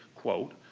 quote,